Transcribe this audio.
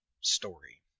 story